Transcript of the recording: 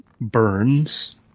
burns